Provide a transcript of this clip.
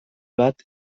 bat